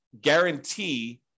guarantee